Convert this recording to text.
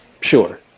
Sure